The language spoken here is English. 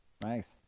Nice